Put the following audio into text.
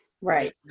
Right